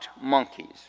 monkeys